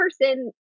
person